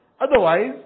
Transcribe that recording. Otherwise